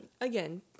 again